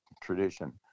tradition